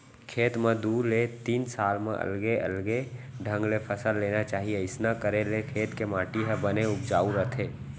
खेत म दू ले तीन साल म अलगे अलगे ढंग ले फसल लेना चाही अइसना करे ले खेत के माटी ह बने उपजाउ रथे